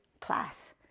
class